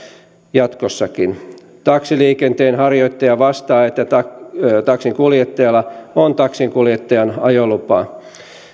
jatkossakin taksiliikenteen harjoittaja vastaa että taksinkuljettajalla on taksinkuljettajan ajolupa